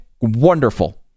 Wonderful